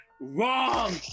wrong